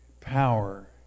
power